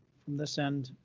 from this end,